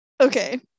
okay